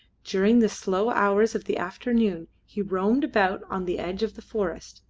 during the slow hours of the afternoon he roamed about on the edge of the forest,